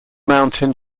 mountain